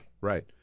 right